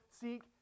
seek